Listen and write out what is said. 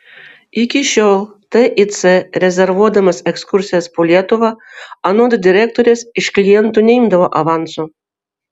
iki šiol tic rezervuodamas ekskursijas po lietuvą anot direktorės iš klientų neimdavo avanso